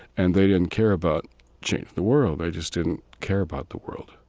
and they didn't care about changing the world. they just didn't care about the world